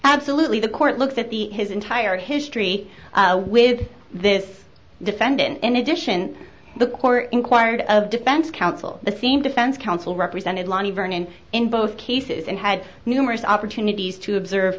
absolutely the court looks at the his entire history with this defendant in addition the court inquired of defense counsel the same defense counsel represented lonnie vernon in both cases and had numerous opportunities to observe